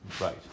Right